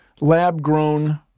lab-grown